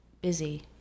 busy